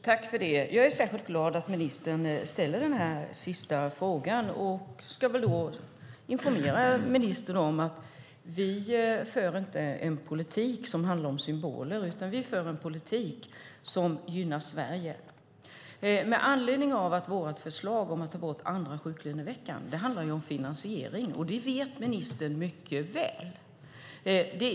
Herr talman! Jag är särskilt glad att ministern ställer den sista frågan och ska informera ministern om att vi inte för en politik som handlar om symboler utan för en politik som gynnar Sverige. Vårt förslag om att ta bort andra sjuklöneveckan handlar om finansieringen, och det vet ministern mycket väl.